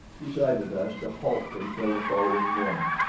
decided us to halt until the following morning.